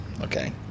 okay